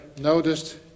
noticed